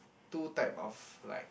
two type of like